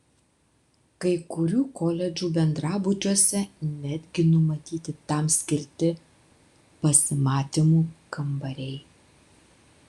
kai kurių koledžų bendrabučiuose netgi numatyti tam skirti pasimatymų kambariai